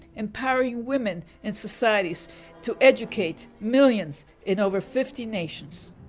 empowering women and societies to educate millions in over fifty nations.